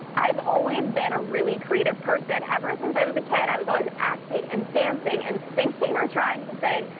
i've always been a really creative person. ever since i was a kid, i was always acting and dancing and thinking, or trying to think,